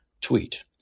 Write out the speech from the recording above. tweet